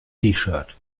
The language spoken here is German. shirt